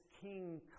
king